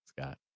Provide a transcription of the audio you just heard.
Scott